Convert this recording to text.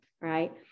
right